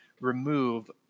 remove